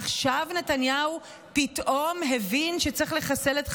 עכשיו נתניהו פתאום הבין שצריך לחסל את חמאס?